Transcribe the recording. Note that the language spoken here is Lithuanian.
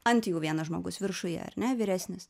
ant jų vienas žmogus viršuje ar ne vyresnis